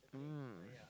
mm